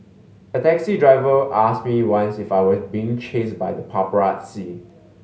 a taxi driver asked me once if I was being chased by the paparazzi